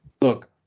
Look